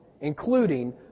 including